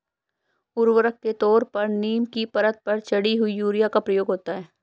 उर्वरक के तौर पर नीम की परत चढ़ी हुई यूरिया का प्रयोग होता है